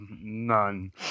None